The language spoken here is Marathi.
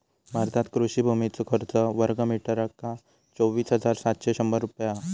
भारतात कृषि भुमीचो खर्च वर्गमीटरका चोवीस हजार सातशे शंभर रुपये हा